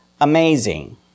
Amazing